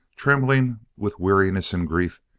trembling with weariness and grief,